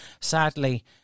Sadly